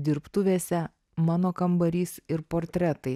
dirbtuvėse mano kambarys ir portretai